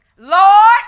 Lord